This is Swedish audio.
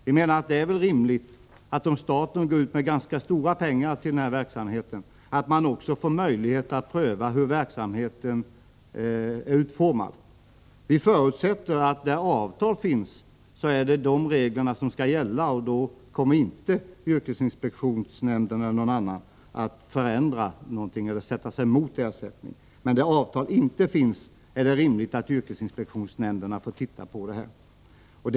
Om staten bidrar med ganska stora summor till denna verksamhet, menar vi att det är rimligt att en statlig myndighet får möjlighet att pröva hur verksamheten är utformad. Där avtal finns, skall avtalsreglerna gälla. I de fallen kommer inte yrkesinspektionsnämnderna eller någon annan att förändra eller sätta sig emot en ersättning. Men där avtal inte finns, är det rimligt att yrkesinspektionsnämnderna får prövningsrätt.